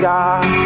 God